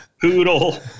Poodle